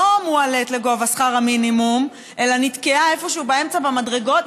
מועלית לגובה שכר המינימום אלא נתקעה איפשהו באמצע במדרגות,